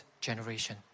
generation